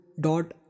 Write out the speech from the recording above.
dot